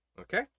okay